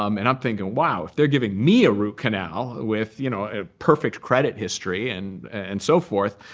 um and i'm thinking, wow, if they're giving me a root canal with you know a perfect credit history and and so forth,